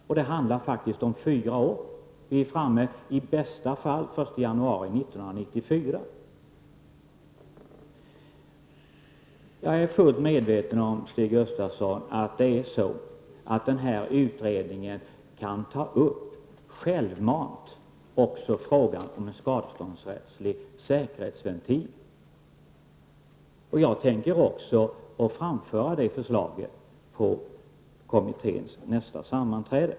Det handlar faktiskt om en tidsperiod av fyra år, och vi har i bästa fall nått målet den 1 januari 1994. Jag är, Stig Gustafsson, fullt medveten om att denna utredning även självmant kan ta upp frågan om en skadeståndsrättslig säkerhetsventil. Jag tänker också framföra det förslaget på kommitténs nästa sammanträde.